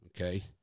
Okay